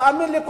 תאמין לי,